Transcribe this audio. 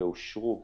ואושרו